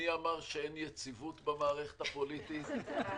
מי אמר שאין יציבות במערכת הפוליטית?